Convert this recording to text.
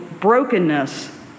brokenness